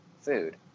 food